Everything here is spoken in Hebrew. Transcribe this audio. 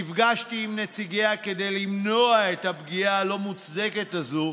נפגשתי עם נציגיה כדי למנוע את הפגיעה הלא-מוצדקת הזו